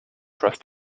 trust